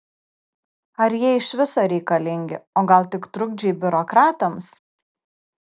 ar jie iš viso reikalingi o gal tik trukdžiai biurokratams